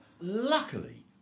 Luckily